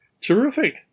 Terrific